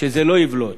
שזה לא יבלוט.